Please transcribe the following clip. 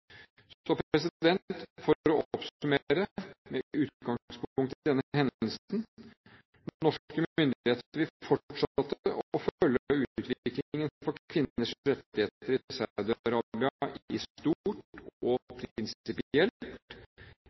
For å oppsummere, med utgangspunkt i denne hendelsen: Norske myndigheter vil fortsette å følge utviklingen av kvinners rettigheter i Saudi-Arabia – i stort og prinsipielt